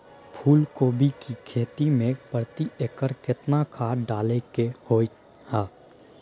फूलकोबी की खेती मे प्रति एकर केतना खाद डालय के होय हय?